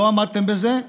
לא עמדתם בזה,